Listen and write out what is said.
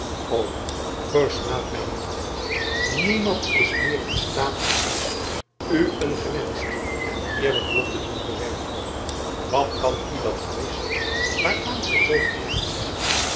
o versmaad mij niet niemand is meer in staat dan ik u een gewenscht en heerlijk lot te doen verwerven wat kan u dat friesland waaraan gij zoo gehecht schijnt